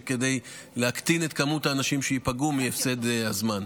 כדי להקטין את מספר האנשים שייפגעו מהפסד הזמן.